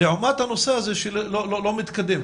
לעומת הנושא הזה שלא מתקדם,